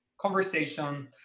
conversation